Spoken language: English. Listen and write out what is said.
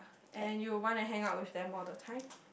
and you will want to hang out with them all the time